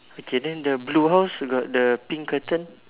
okay then the blue house got the pink curtain